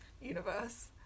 Universe